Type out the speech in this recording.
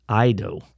ido